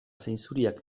zainzuriak